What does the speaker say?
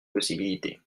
possibilité